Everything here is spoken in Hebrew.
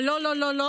אבל לא לא לא,